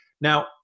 now